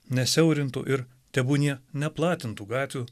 nesiaurintų ir tebūnie neplatintų gatvių